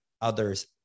others